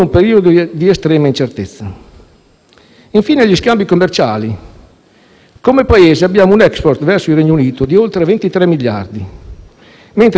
Infine, gli scambi commerciali: come Paese abbiamo un *export* verso il Regno unito di oltre 23 miliardi di euro mentre importiamo merci per soli 11 miliardi.